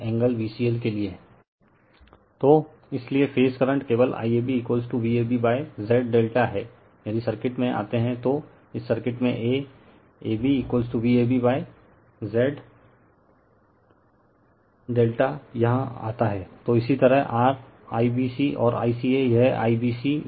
refer slide time 2005 तो इसलिए phase current केवल IABVabZ ∆हैं यदि सर्किट में आते है तो इस सर्किट में A ABVabZ ∆ यहाँ आता हैं तो इसी तरह rIBC और ICA यह IBCVbcZ ∆ICAVcaZ ∆ है